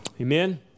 Amen